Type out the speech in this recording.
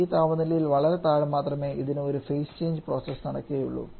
ഈ താപനിലയിൽ വളരെ താഴെ മാത്രമേ ഇതിന് ഒരു ഫേസ് ചേഞ്ച് പ്രോസസ് നടക്കുകയുള്ളൂ